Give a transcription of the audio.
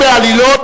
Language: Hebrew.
יש בעלילות,